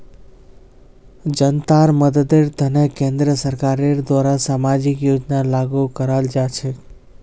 जनतार मददेर तने केंद्र सरकारेर द्वारे सामाजिक योजना लागू कराल जा छेक